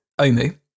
Omu